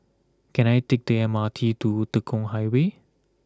can I take the M R T to Tekong Highway